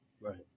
Right